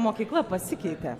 mokykla pasikeitė